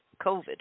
COVID